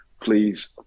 please